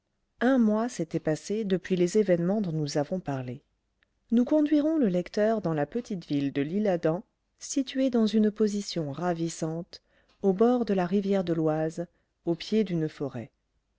un mois s'était passé depuis les événements dont nous avons parlé nous conduirons le lecteur dans la petite ville de lîle adam située dans une position ravissante au bord de la rivière de l'oise au pied d'une forêt